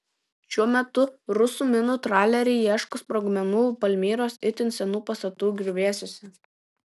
šiuo metu rusų minų traleriai ieško sprogmenų palmyros itin senų pastatų griuvėsiuose